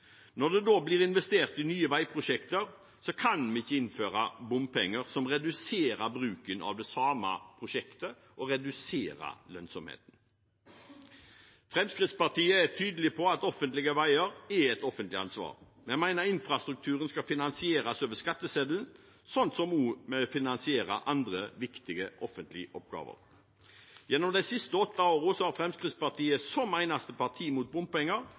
Når det da blir investert i nye veiprosjekter, kan vi ikke innføre bompenger, som reduserer bruken av de samme prosjektene og reduserer lønnsomheten. Fremskrittspartiet er tydelig på at offentlige veier er et offentlig ansvar. Vi mener infrastrukturen skal finansieres over skatteseddelen, sånn som vi også finansierer andre viktige offentlige oppgaver. Gjennom de siste åtte år har Fremskrittspartiet som eneste parti mot bompenger